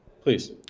Please